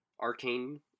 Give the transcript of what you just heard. Arcane